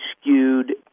skewed